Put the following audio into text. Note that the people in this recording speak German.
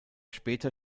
später